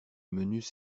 menus